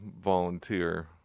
volunteer